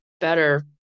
better